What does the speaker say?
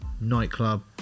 nightclub